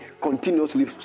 continuously